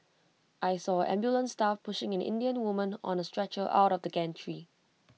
I saw ambulance staff pushing an Indian woman on A stretcher out of the gantry